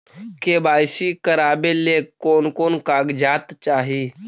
KYC करावे ले कोन कोन कागजात चाही?